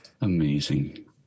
Amazing